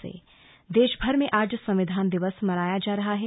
संविधान दिवस देशभर में आज संविधान दिवस मनाया जा रहा है